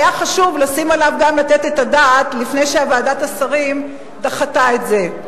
היה חשוב גם לתת עליו את הדעת לפני שוועדת השרים דחתה את זה.